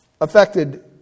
affected